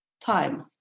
time